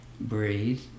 breathe